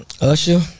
Usher